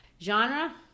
Genre